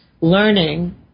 learning –